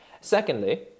Secondly